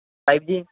five G